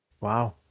Wow